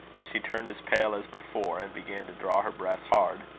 she turned as pale as before, and began to draw her breath hard.